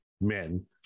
men